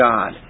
God